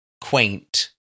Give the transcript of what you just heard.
quaint